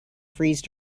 freeze